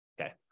Okay